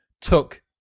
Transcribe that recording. took